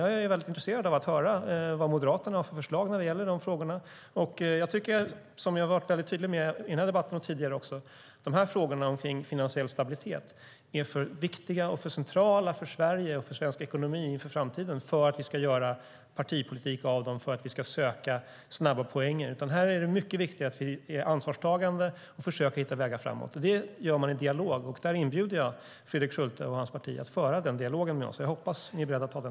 Jag är intresserad av att höra vad Moderaterna har för förslag när det gäller dessa frågor. Som jag har varit tydlig med i den här debatten och tidigare tycker jag att frågorna om finansiell stabilitet är för viktiga och för centrala för Sverige och för svensk ekonomi inför framtiden för att vi ska göra partipolitik av dem och söka snabba poänger. Här är det mycket viktigare att vi är ansvarstagande och försöker hitta vägar framåt. Det gör man i dialog, och jag inbjuder Fredrik Schulte och hans parti att föra denna dialog med oss. Jag hoppas att ni är beredda att ta den.